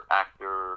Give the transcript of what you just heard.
actor